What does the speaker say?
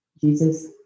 Jesus